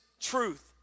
truth